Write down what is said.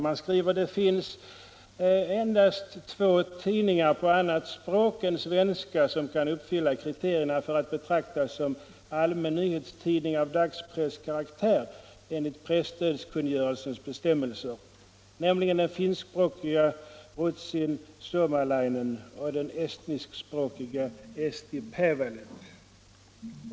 Man skriver att det finns endast ”två tidningar på annat språk än svenska som kan uppfylla kriterierna för allmännyttig tidning av dagspresskaraktär enligt presstödskungörelsens bestämmelser, nämligen den finskspråkiga Ruotsin Suomalainen och den estniskspråkiga Eesti Päevaleht”.